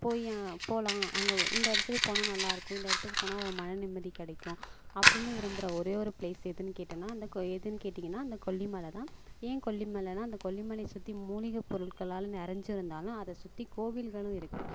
போய் போகலாம் அங்கே இந்த இடத்துக்கு போனால் நல்லா இருக்கும் இந்த இடத்துக்கு போனால் ஒரு மனநிம்மதி கிடைக்கும் அப்படின்னு விரும்புகிற ஒரே ஒரு பிளேஸ் எதுன்னு கேட்டேன்னால் அந்த கோ எதுன்னு கேட்டிங்கன்னா அந்த கொல்லிமலை தான் ஏன் கொல்லிமலைனா அந்த கொல்லிமலைய சுற்றி மூலிகை பொருட்களால் நிறஞ்சி இருந்தாலும் அதை சுற்றி கோவில்களும் இருக்குது